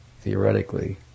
theoretically